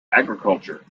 agriculture